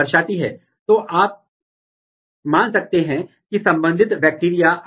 आप एक ट्रांसजेनिक पौधा बनाते हैं जहां आपके पास पहले से ही एक टैग प्रोटीन होता है